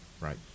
Right